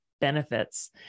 benefits